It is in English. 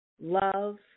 love